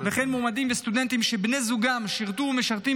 וכן מועמדים וסטודנטים שבני זוגם שירתו או משרתים